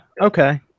Okay